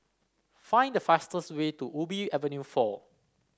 find the fastest way to Ubi Avenue four